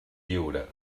lliure